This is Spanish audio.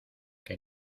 que